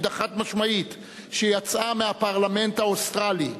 החד-משמעית שיצאה מהפרלמנט האוסטרלי,